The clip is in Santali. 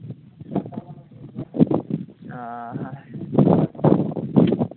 ᱚᱻ